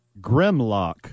Grimlock